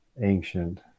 ancient